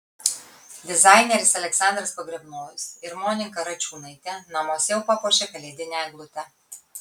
dizaineris aleksandras pogrebnojus ir monika račiūnaitė namuose jau papuošė kalėdinę eglutę